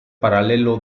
paralelo